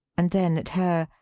and then at her,